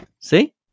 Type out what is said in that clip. See